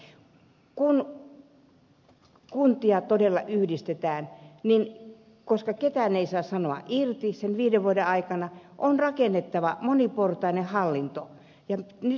kun kuntia todella yhdistetään ja koska ketään ei saa sanoa irti sen viiden vuoden aikana on rakennettava moniportainen hallinto